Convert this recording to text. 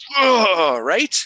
right